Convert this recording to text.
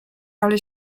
ale